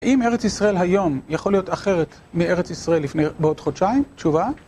האם ארץ ישראל היום יכול להיות אחרת מארץ ישראל בעוד חודשיים? תשובה?